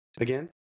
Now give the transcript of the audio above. Again